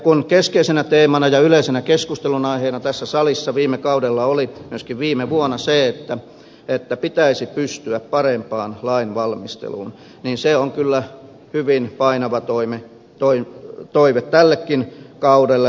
kun keskeisenä teemana ja yleisenä keskustelunaiheena tässä salissa viime kaudella myöskin viime vuonna oli se että pitäisi pystyä parempaan lainvalmisteluun niin se on kyllä hyvin painava toive tällekin kaudelle